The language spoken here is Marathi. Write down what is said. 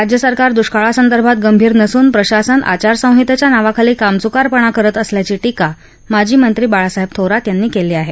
राज्य सरकार दृष्काळासंदर्भात गंभीर नसून प्रशासन आचारसंहितेच्या नावाखाली कामचुकारपणा करत असल्याची टीका माजी मंत्री बाळासाहेब थोरात यांनी केली आहे